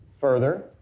Further